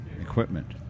Equipment